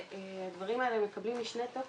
הדברים האלה מקבלים משנה תוקף,